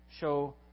show